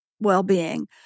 well-being